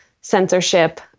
censorship